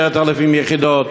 10,000 יחידות,